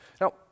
Now